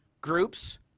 groups